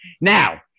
Now